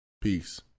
Peace